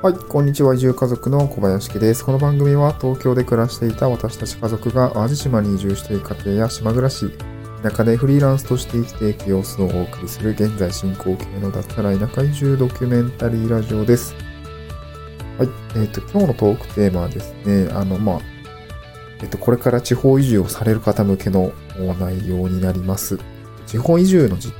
はい、こんにちは。移住家族の小林家です。この番組は、東京で暮らしていた私たち家族が淡路島に移住している家庭や島暮らし、田舎でフリーランスとして生きていく様子をお送りする、現在進行形の脱サラ田舎移住ドキュメンタリーラジオです。はい、えーと、今日のトークテーマはですね、あの、まあ、えっと、これから地方移住をされる方向けのお内容になります。地方移住の実態